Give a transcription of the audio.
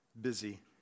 busy